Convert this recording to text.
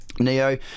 Neo